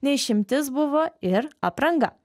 ne išimtis buvo ir apranga